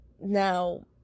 Now